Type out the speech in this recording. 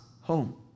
home